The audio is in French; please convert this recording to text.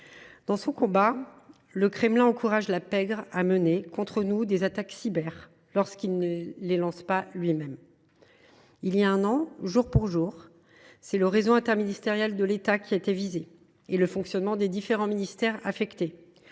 Dans son combat, le Kremlin encourage la pègre à mener contre nous des attaques cyber, lorsqu’il ne les lance pas lui même. Il y a un an, jour pour jour, c’est le réseau interministériel de l’État qui était visé, et les différents ministères avaient